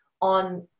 on